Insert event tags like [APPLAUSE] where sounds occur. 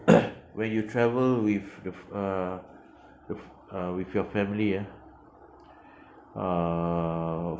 [NOISE] when you travel with your f~ uh your f~ uh with your family ah uh